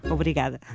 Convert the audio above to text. Obrigada